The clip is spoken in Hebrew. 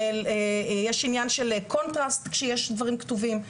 גם יש ענין של קונטרסט כשיש דברים כתובים,